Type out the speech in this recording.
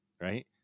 right